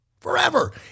forever